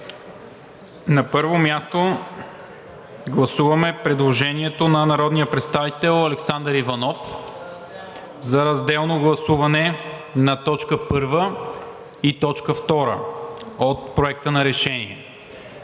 На първо място гласуваме предложението на народния представител Александър Иванов за разделно гласуване на т. 1 и т. 2 от Проекта на решение.